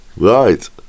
right